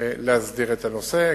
להסדיר את הנושא.